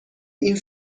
این